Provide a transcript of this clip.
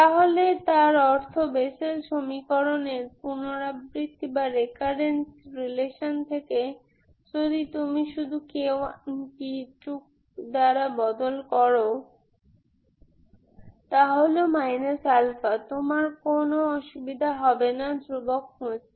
সুতরাং তার অর্থ বেসেল সমীকরণের পুনরাবৃত্তি সম্বন্ধ থেকে যদি তুমি শুধু k1 কে k2 দ্বারা বদল করো তা হল α তোমার কোন অসুবিধা হবে না ধ্রুবক খুঁজতে